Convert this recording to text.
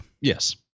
Yes